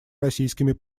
российскими